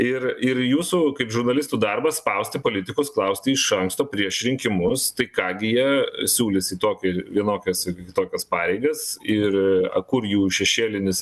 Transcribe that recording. ir ir jūsų kaip žurnalistų darbas spausti politikus klausti iš anksto prieš rinkimus tai ką gi jie siūlys į tokį vienokias ar kitokias pareigas ir o kur jų šešėlinis